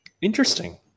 Interesting